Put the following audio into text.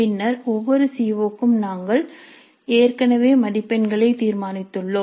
பின்னர் ஒவ்வொரு சிஓ க்கும் நாங்கள் ஏற்கனவே மதிப்பெண்களை தீர்மானித்துள்ளோம்